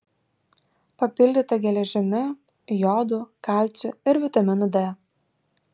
papildyta geležimi jodu kalciu ir vitaminu d